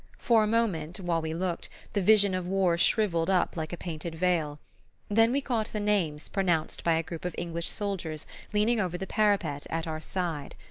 for a moment, while we looked, the vision of war shrivelled up like a painted veil then we caught the names pronounced by a group of english soldiers leaning over the parapet at our side.